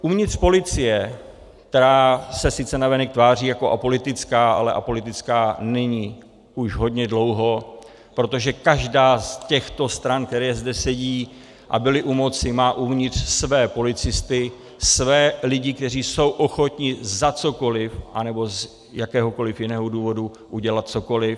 Uvnitř policie, která se sice navenek tváří jako apolitická, ale apolitická není už hodně dlouho, protože každá z těchto stran, které zde sedí a byly u moci, má uvnitř své policisty, své lidi, kteří jsou ochotni za cokoliv, anebo z jakéhokoliv jiného důvodu udělat cokoliv.